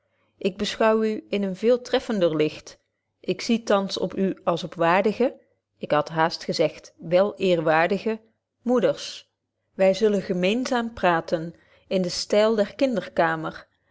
ik beschouw u in een veel treffender licht ik zie thans op u als op waardige ik had haast gezegd wel eerwaardige moeders wij zullen gemeenzaam praten in den styl der kinderkamer